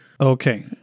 Okay